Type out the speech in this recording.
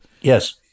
Yes